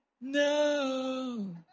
No